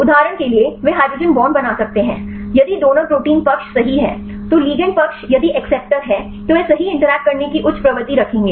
उदाहरण के लिए वे हाइड्रोजन बांड बना सकते हैं यदि डोनर प्रोटीन पक्ष सही है तो लिगैंड पक्ष यदि अक्सेप्टर है तो वे सहीइंटरैक्ट करने की उच्च प्रवृत्ति रखेंगे